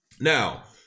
Now